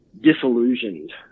disillusioned